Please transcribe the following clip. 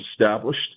established